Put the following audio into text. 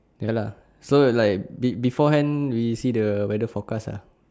ya lah so like be beforehand we see the weather forecast ah